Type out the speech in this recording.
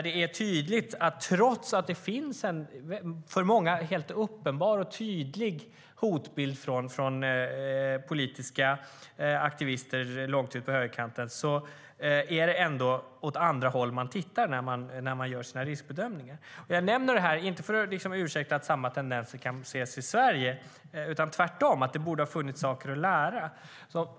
Det är tydligt att man, trots att det för många finns en helt uppenbar och tydlig hotbild från politiska aktivister långt ut på högerkanten, tittar åt andra håll när man gör sina riskbedömningar. Jag nämner inte det här för att liksom ursäkta att samma tendenser kan ses i Sverige, tvärtom. Det borde ha funnits saker att lära.